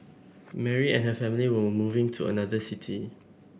Mary and her family were moving to another city